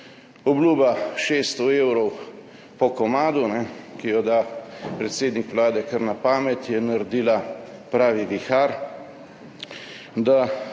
Obljuba 600 evrov po komadu, ki jo da predsednik Vlade kar na pamet, je naredila pravi vihar. Da